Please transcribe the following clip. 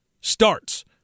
Starts